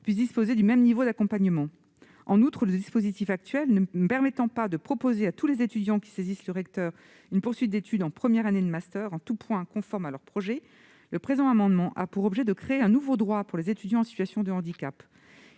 handicap dispose du même niveau d'accompagnement. En outre, le dispositif actuel ne permettant pas de proposer à tous les étudiants qui saisissent le recteur une poursuite d'études en première année de master en tout point conforme à leur projet, cet amendement a pour objet de créer un nouveau droit pour les étudiants en situation de handicap